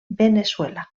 veneçuela